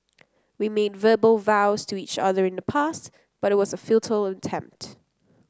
we made verbal vows to each other in the past but it was a futile attempt